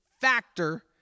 factor